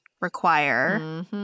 require